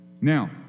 Now